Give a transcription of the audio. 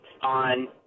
on